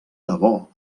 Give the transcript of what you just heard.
debò